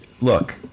look